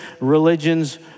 religion's